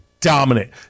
dominant